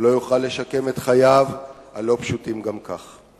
הוא לא יוכל לשקם את חייו הלא-פשוטים גם כך.